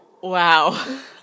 Wow